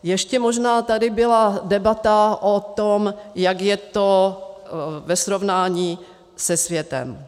Ještě možná tady byla debata o tom, jak je to ve srovnání se světem.